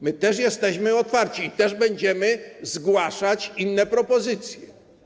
My też jesteśmy otwarci i też będziemy zgłaszać inne propozycje.